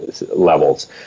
levels